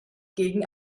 gegen